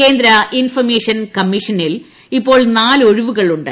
കേന്ദ്ര ഇൻഫർമേഷൻ കമ്മീഷനിൽ ഇപ്പോൾ നാല് ഒഴിവുകളുണ്ട്